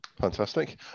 Fantastic